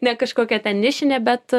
ne kažkokia ten nišinė bet